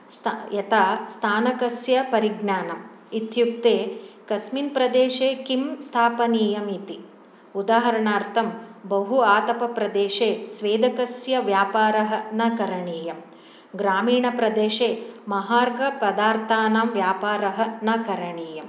यथा स्थानकस्य परिज्ञानम् इत्युक्ते कस्मिन् प्रदेशे किं स्थापनीयमिति उदाहरणार्थं बहु आतपप्रदेशे स्वेदकस्य व्यापारः न करणीयः ग्रामीणप्रदेशे महार्घ पदार्थानां व्यापारः न करणीयः